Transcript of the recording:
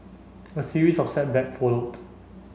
a series of setbacks followed